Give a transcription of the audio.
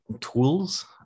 tools